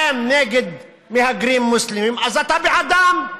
הם נגד מהגרים מוסלמים, אז אתה בעדם.